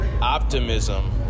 optimism